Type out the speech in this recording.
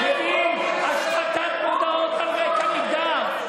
השחתת מודעות על רקע מגדר.